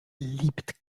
liebt